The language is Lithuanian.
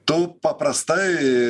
tu paprastai